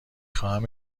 خواهم